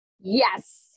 Yes